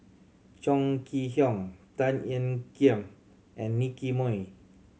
Chong Kee Hiong Tan Ean Kiam and Nicky Moey